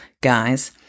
Guys